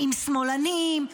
עם שמאלנים,